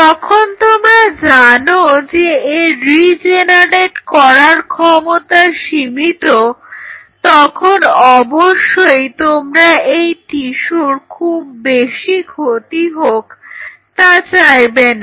যখন তোমরা জানো যে এর রিজেনারেট করার ক্ষমতা সীমিত তখন অবশ্যই তোমরা এই টিস্যুর খুব বেশি ক্ষতি হোক তা চাইবে না